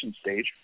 stage